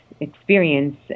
experience